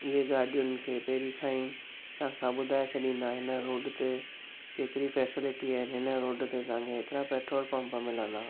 इहे गाॾियुनि पहिरी खां ई तव्हां खां ॿुधाए छॾींदा आहिनि हिन रोड ते केतिरी फ़ेसिलिटी आहिनि हिन रोड ते तव्हांखे हेतिरा पैट्रोल पंप मिलंदा